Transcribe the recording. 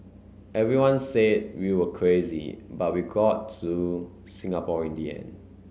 everyone said we were crazy but we got to Singapore in the end